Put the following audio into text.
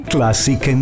Classic